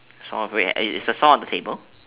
saw wait is is the saw on the table